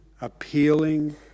appealing